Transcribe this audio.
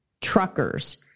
truckers